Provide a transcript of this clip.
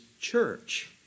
church